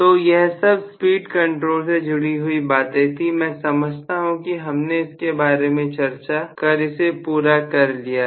तो यह सब स्पीड कंट्रोल से जुड़ी हुई बातें थी मैं समझता हूं कि हमने इसके बारे में चर्चा कर इसे पूरा कर लिया है